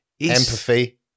empathy